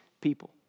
people